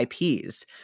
IPs